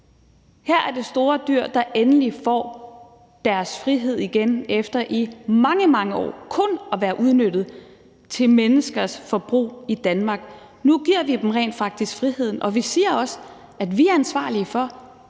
Her er det store dyr, der endelig får deres frihed igen efter i mange, mange år kun at være blevet udnyttet til menneskers forbrug i Danmark. Nu giver vi dem rent faktisk friheden, og vi siger også, at vi er ansvarlige for,